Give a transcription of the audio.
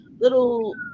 little